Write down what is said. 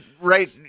right